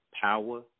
power